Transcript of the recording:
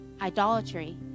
idolatry